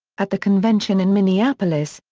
at the convention in minneapolis,